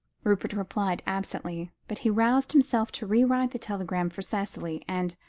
rupert replied absently, but he roused himself to re-write the telegram for cicely and,